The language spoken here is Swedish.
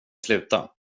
sluta